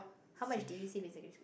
how much did you save in secondary school